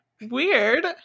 Weird